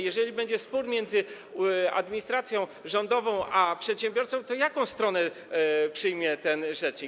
Jeżeli będzie spór między administracją rządową a przedsiębiorcą, to czyją stronę przyjmie ten rzecznik?